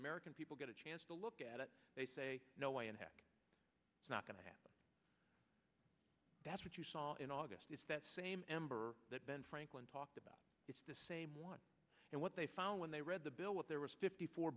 american people get a chance to look at it they say no way in heck it's not going to happen that's what you saw in august that same number that ben franklin talked about it's the same one and what they found when they read the bill what there was fifty four